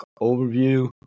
overview